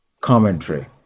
commentary